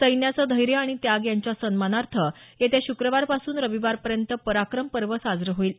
सैन्याचं धैर्य आणि त्याग यांच्या सन्मानार्थ येत्या श्क्रवारपासून रविवारपर्यंत पराक्रम पर्व साजरं होईल